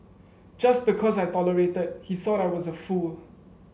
just because I tolerated he thought I was a fool